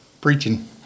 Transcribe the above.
preaching